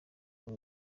buri